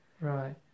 right